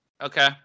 okay